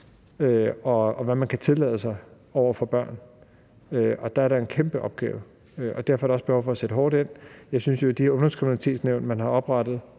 og hvad man kan tillade sig over for børn – og der ligger der en kæmpe opgave, og derfor er der også behov for at sætte hårdt ind. Jeg synes jo, at det her Ungdomskriminalitetsnævn, man har oprettet,